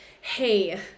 hey